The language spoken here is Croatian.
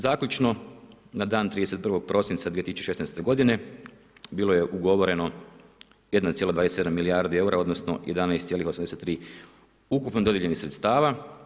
Zaključno na dan 31. prosinca 2016. godine bilo je ugovoreno 1,27 milijardi eura, odnosno 11,83 ukupno dodijeljenih sredstava.